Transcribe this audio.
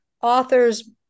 authors